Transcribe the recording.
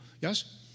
Yes